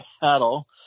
battle